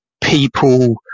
people